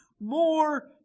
more